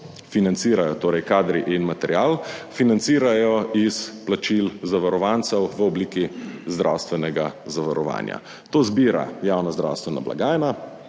financirajo, torej kadri in material financirajo iz plačil zavarovancev v obliki zdravstvenega zavarovanja, to zbira javna zdravstvena blagajna